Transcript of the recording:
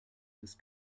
des